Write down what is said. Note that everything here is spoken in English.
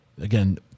Again